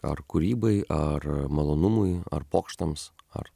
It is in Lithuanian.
ar kūrybai ar malonumui ar pokštams ar